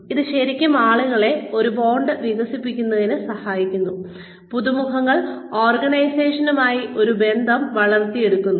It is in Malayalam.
ഇത് ശരിക്കും ആളുകളെ ഒരു ബോണ്ട് വികസിപ്പിക്കുന്നതിന് സഹായിക്കുന്നു പുതുമുഖങ്ങൾ ഓർഗനൈസേഷനുമായി ഒരു ബന്ധം വളർത്തിയെടുക്കുന്നു